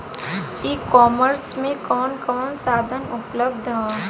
ई कॉमर्स में कवन कवन साधन उपलब्ध ह?